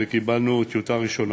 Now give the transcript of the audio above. ואפילו קיבלנו טיוטה ראשונה,